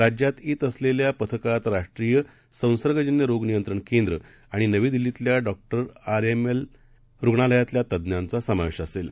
राज्यातयेतअसेल्यापथकातराष्ट्रीयसंसर्गजन्यरोगनियंत्रणकेंद्रआणिनवीदिल्लीतल्याडॉक्टरआरएमएलरुग्णालयातल्यातज्ञांचासमावेशअसेल